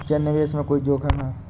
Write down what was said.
क्या निवेश में कोई जोखिम है?